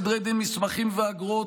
סדרי דין מסמכים ואגרות),